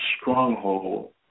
stronghold